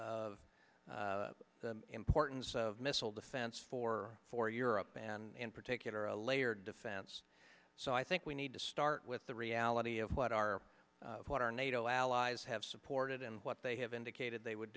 of the importance of missile defense for for europe and in particular a layered defense so i think we need to start with the reality of what our what our nato allies have supported and what they have indicated they would